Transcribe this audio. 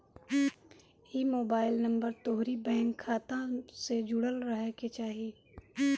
इ mobile number तोहरी bank खाता से जुड़ल रहे के चाही